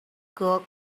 could